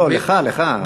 לא, לך, לך.